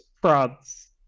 France